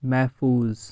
محفوٗظ